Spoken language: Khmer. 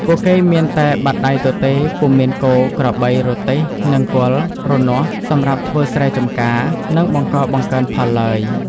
ពួកគេមានតែបាតដៃទទេ ពុំមានគោ ក្របី រទេះ នង្គ័ល រនាស់ សម្រាប់ធ្វើស្រែចម្ការ និងបង្កបង្កើនផលឡើយ។